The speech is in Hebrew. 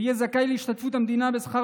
הוא יהיה זכאי להשתתפות המדינה בשכר